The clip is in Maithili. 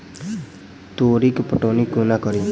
तोरी केँ पटौनी कोना कड़ी?